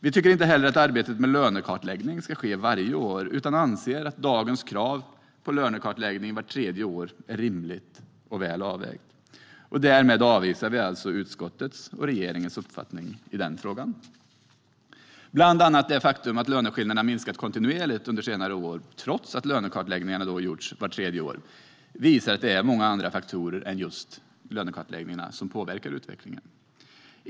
Vi tycker inte heller att arbetet med lönekartläggning ska ske varje år utan anser att dagens krav på lönekartläggning vart tredje år är rimligt och väl avvägt. Därmed avvisar vi alltså utskottets och regeringens uppfattning i denna fråga. Bland annat det faktum att löneskillnaderna minskat kontinuerligt under senare år trots att lönekartläggningar gjorts vart tredje år visar att det är många andra faktorer än just lönekartläggningar som påverkar utvecklingen.